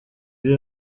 ibyo